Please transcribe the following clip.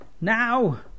Now